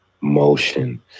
motion